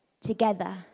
together